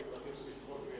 אני אבקש לדחות,